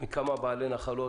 מכמה בעלי נחלות,